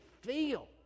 feel